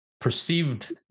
perceived